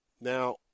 Now